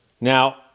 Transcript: Now